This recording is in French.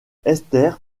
esther